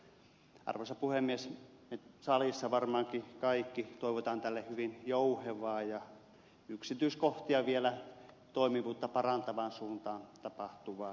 me salissa varmaankin kaikki toivomme tälle hyvin jouhevaa ja yksityiskohtia ja toimivuutta vielä parantavaan suuntaan tapahtuvaa hiomista